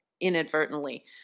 inadvertently